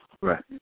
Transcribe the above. Right